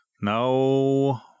No